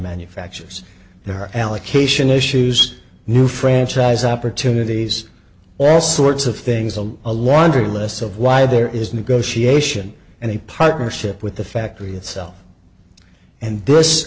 manufacturers their allocation issues new franchise opportunities all sorts of things a lot a laundry list of why there is negotiation and a partnership with the factory itself and